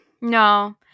No